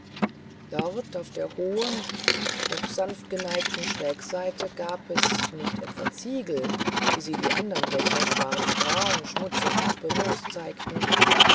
dort auf der hohen doch sanft geneigten schrägseite gab es nicht etwa ziegel wie sie die anderen dächer schwarzbraun schmutzig und bemoost zeigten